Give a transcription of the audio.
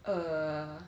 err